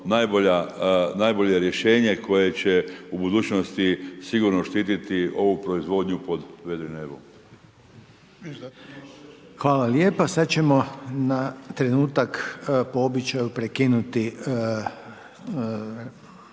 najbolje rješenje koje će u budućnosti sigurno štititi ovu proizvodnju pod vedrim nebom. **Reiner, Željko (HDZ)** Hvala lijepa. Sad ćemo na trenutak po običaju prekinuti